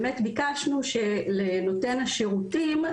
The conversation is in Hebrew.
באמת ביקשנו שלנותן השירותים,